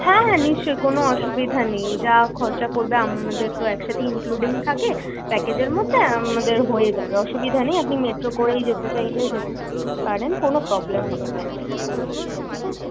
হ্যাঁ হ্যাঁ নিশ্চয়ই কোনো অসুবিধা নেই যা খরচা পড়বে আমাদের তো একসাথে ইনক্লুডিং থাকে প্যাকেজের মধ্যে আমাদের হয়ে যাবে অসুবিধা নেই আপনি মেট্রো করেই যেতে চাইলে যেতে পারেন কোনো প্রবলেম হবে না এতে ঠিক আছে